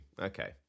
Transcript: Okay